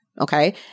okay